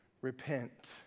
Repent